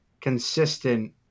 consistent